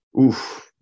Oof